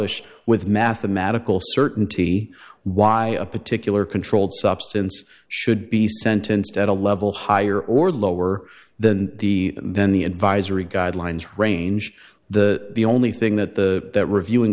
h with mathematical certainty why a particular controlled substance should be we sentenced at a level higher or lower than the then the advisory guidelines range the the only thing that the reviewing